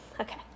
Okay